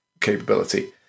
capability